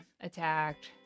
attacked